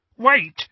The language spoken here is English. Wait